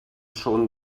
schon